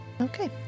okay